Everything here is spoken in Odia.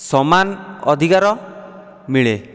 ସମାନ ଅଧିକାର ମିଳେ